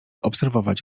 obserwować